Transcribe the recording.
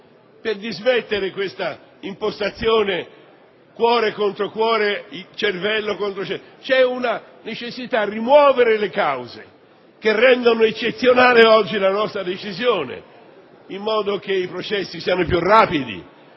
per dismettere questa impostazione cuore contro cuore, cervello contro cervello, perché vi è la necessità di rimuovere le cause che rendono eccezionale oggi la nostra decisione, in modo che i processi siano più rapidi,